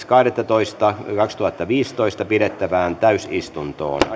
kahdettatoista kaksituhattaviisitoista pidettävään täysistuntoon